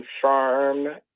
confirm